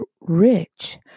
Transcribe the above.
rich